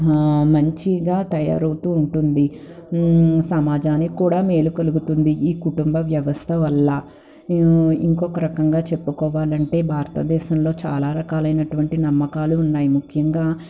మంచిగా తయారవుతూ ఉంటుంది సమాజానికి కూడా మేలు కలుగుతుంది ఈ కుటుంబ వ్యవస్థ వల్ల ఇంకొక రకంగా చెప్పుకోవాలంటే భారతదేశంలో చాలా రకాలైనటువంటి నమ్మకాలు ఉన్నాయి ముఖ్యంగా